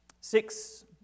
Six